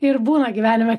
ir būna gyvenime